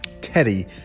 Teddy